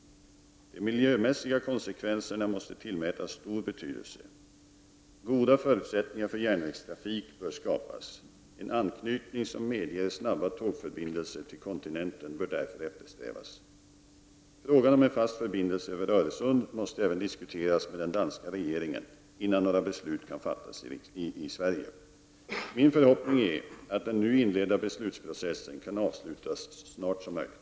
De miljömässiga konsekvenserna måste till mätas stor betydelse. Goda förutsättningar för järnvägstrafik bör skapas. En anknytning som medger snabba tågförbindelser till kontinenten bör därför eftersträvas. Frågan om en fast förbindelse över Öresund måste även diskuteras med den danska regeringen innan några beslut kan fattas i Sverige. Min förhoppning är att den nu inledda beslutsprocessen kan avslutas så snart som möjligt.